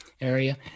area